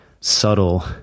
subtle